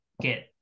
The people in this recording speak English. get